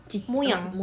cic~ ah moyang